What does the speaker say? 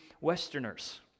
westerners